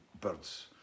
birds